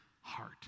heart